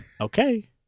Okay